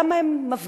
למה הם מפגינים.